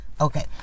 Okay